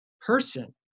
person